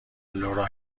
لورا